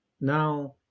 now